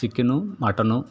chicken mutton